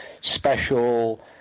special